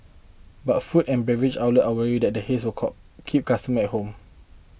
but food and beverage outlet are worried that the haze will call keep customer at home